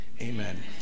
amen